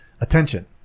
Attention